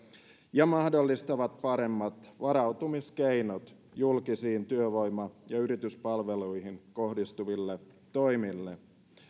ja mahdollistavat paremmat varautumiskeinot julkisiin työvoima ja yrityspalveluihin kohdistuville toimille